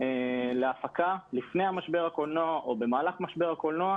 להפקה לפני משבר הקורונה או במהלך משבר הקורונה